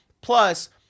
Plus